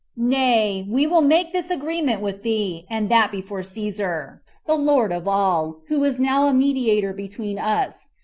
nay, we will make this agreement with thee, and that before caesar, the lord of all, who is now a mediator between us,